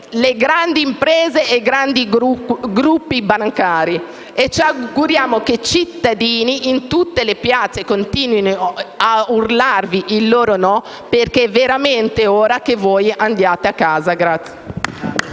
le grandi imprese e i grandi gruppi bancari, e ci auguriamo che i cittadini in tutte le piazze continuino ad urlarvi il loro no, perché è veramente ora che voi andiate a casa.